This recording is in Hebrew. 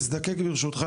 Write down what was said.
אזדקק ברשותך,